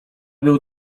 był